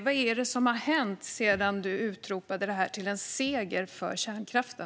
Vad är det som har hänt sedan du utropade den som en seger för kärnkraften?